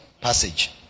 passage